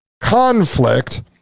conflict